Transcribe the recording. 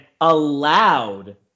allowed